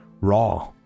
raw